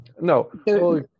No